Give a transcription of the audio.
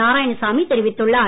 நாராயணசாமி தெரிவித்துள்ளார்